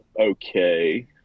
okay